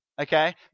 okay